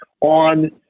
on